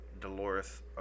Dolores